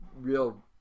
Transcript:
real